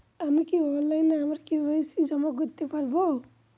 আমি কি অনলাইন আমার কে.ওয়াই.সি জমা করতে পারব?